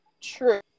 True